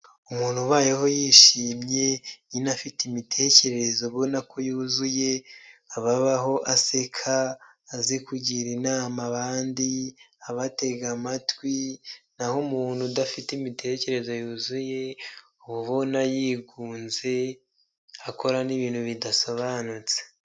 Umuntu ubayeho yishimye nyine afite imitekerereze abona ko yuzuye ababaho aseka azi kugira inama abandi abatega amatwi naho umuntu udafite imitekerereze yuzuye uba ubona yigunze akora n'ibintu bidasobanutse.